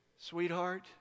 Sweetheart